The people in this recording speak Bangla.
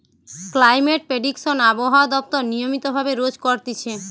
ক্লাইমেট প্রেডিকশন আবহাওয়া দপ্তর নিয়মিত ভাবে রোজ করতিছে